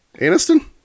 Aniston